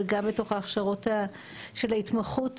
וגם בתוך ההכשרות של ההתמחות.